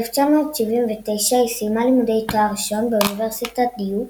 ב-1979 היא סיימה לימודי תואר ראשון באוניברסיטת דיוק